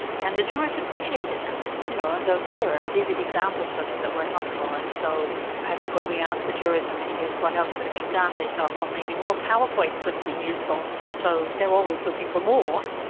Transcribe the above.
and the jurors appreciated that, you know and those were vivid examples for them that were helpful. and so i think when we asked the jurors in the case what else could have been done, they thought, well, maybe more powerpoints would have been useful. so they are always looking for more.